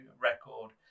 record